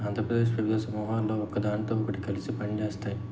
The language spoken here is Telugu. ఆంధ్రప్రదేశ్ వివిధ సమూహాల్లో ఒకదానితో ఒకటి కలిసి పనిజేస్తాయి